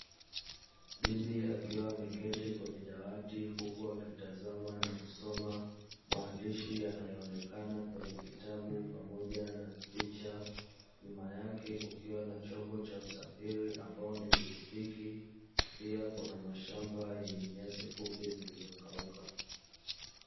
Bibi akiwa ameketi kwenye dawati huku akitazama na kusoma maandishi yanayooneka kwenye kitabu pamoja na picha. Nyuma yake kukiwa na chombo cha usafiri ambacho ni pikipiki pia kuna mashamba yenye nyasi fupi zilizokauka.